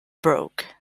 broke